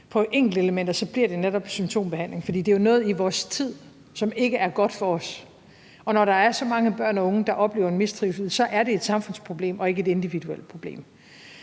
på enkeltelementer, netop bliver symptombehandling. For det er jo noget i vores tid, som ikke er godt for os. Og når der er så mange børn og unge, der oplever mistrivsel, så er det et samfundsproblem og ikke et individuelt problem.